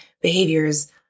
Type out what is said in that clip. behaviors